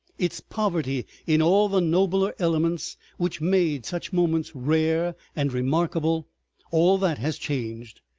its poverty in all the nobler elements which made such moments rare and remarkable all that has changed.